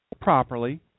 properly